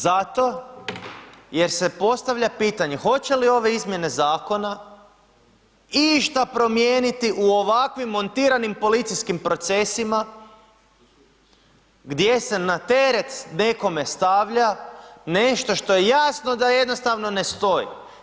Zato jer se postavlja pitanje hoće li ove izmjene zakona išta promijeniti u ovakvim montiranim policijskim procesima gdje se na teret nekome stavlja nešto što je jasno da jednostavno ne stoji?